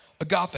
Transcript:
Agape